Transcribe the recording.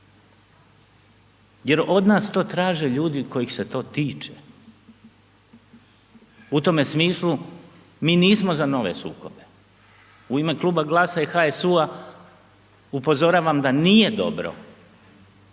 jer od nas to traže ljudi kojih se to tiče. U tome smislu mi nismo za nove sukobe. U ime kluba GLAS-a i HSU-a upozoravam da nije dobro